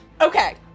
Okay